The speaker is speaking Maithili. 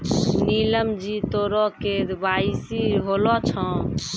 नीलम जी तोरो के.वाई.सी होलो छौं?